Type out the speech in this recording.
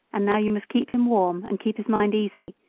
and now you must keep him warm, and keep his mind easy,